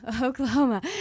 Oklahoma